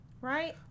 Right